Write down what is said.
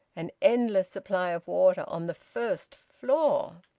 an endless supply of water on the first floor!